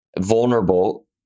vulnerable